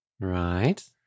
Right